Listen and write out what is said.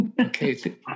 Okay